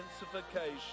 intensification